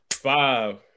five